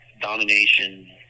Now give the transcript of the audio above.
domination